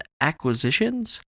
acquisitions